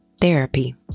therapy